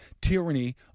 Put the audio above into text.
tyranny